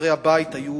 מחברי הבית כאן היו